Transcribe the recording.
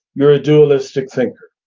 you're a dualistic thinker.